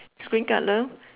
is green colour